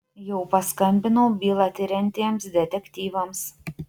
jau paskambinau bylą tiriantiems detektyvams